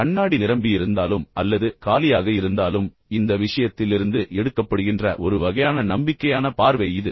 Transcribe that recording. கண்ணாடி நிரம்பியிருந்தாலும் அல்லது காலியாக இருந்தாலும் இந்த விஷயத்திலிருந்து எடுக்கப்படுகின்ற ஒரு வகையான நம்பிக்கையான பார்வை இது